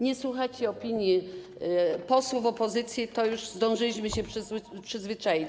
Nie słuchacie opinii posłów opozycji, do tego już zdążyliśmy się przyzwyczaić.